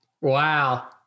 wow